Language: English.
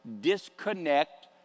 disconnect